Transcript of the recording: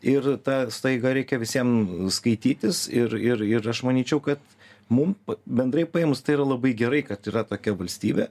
ir ta staiga reikia visiem skaitytis ir ir ir aš manyčiau kad mum bendrai paėmus tai yra labai gerai kad yra tokia valstybė